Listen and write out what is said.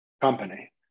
company